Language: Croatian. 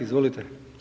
Izvolite.